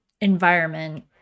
environment